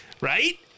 right